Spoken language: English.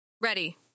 Ready